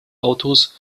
autos